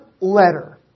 letter